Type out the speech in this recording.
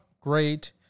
great